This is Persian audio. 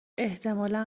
احتمالا